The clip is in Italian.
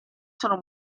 sono